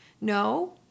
No